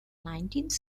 nineteenth